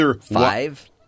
five